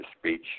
speech